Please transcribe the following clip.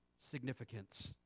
significance